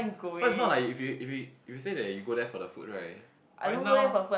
cause not like if you if you if you say that you go there for the food right right now